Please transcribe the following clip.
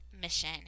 mission